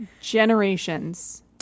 Generations